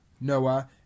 Noah